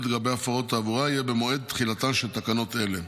לגבי הפרות תעבורה יהיה במועד תחילתן של תקנות אלה.